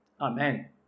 Amen